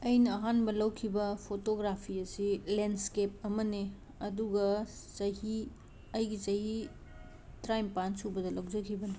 ꯑꯩꯅ ꯑꯍꯥꯟꯕ ꯂꯧꯈꯤꯕ ꯐꯣꯇꯣꯒ꯭ꯔꯥꯐꯤ ꯑꯁꯤ ꯂꯦꯟꯁ꯭ꯀꯦꯞ ꯑꯃꯅꯤ ꯑꯗꯨꯒ ꯆꯍꯤ ꯑꯩꯒꯤ ꯆꯍꯤ ꯇꯔꯥꯅꯤꯄꯥꯟ ꯁꯨꯕꯗ ꯂꯧꯖꯈꯤꯕꯅꯤ